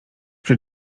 przy